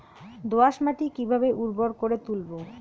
দোয়াস মাটি কিভাবে উর্বর করে তুলবো?